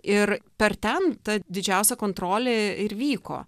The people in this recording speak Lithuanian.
ir per ten ta didžiausia kontrolė ir vyko